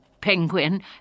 penguin